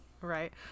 Right